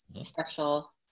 special